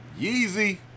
Yeezy